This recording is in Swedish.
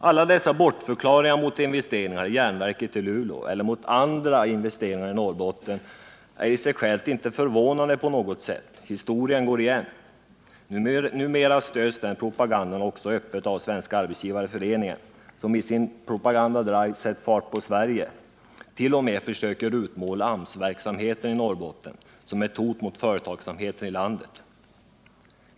Alla dessa bortförklaringar mot investeringar i järnverket i Luleå eller mot andra investeringar i Norrbotten är i själva verket inte förvånande. Historien går igen. Numera stöds den propagandan också öppet av Svenska arbetsgivareföreningen som i sin drive ”Sätt fart på Sverige” till och med söker utmåla AMS-verksamheten i Norrbotten som ett hot mot företagsamheten i landet.